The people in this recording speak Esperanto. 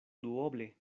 duoble